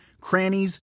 crannies